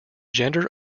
gender